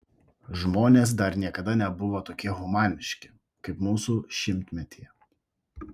žmonės dar niekada nebuvo tokie humaniški kaip mūsų šimtmetyje